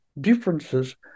differences